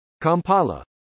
Kampala